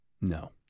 No